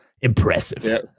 impressive